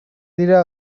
dira